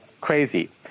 crazy